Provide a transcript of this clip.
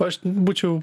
aš būčiau